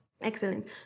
Excellent